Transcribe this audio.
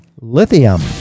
lithium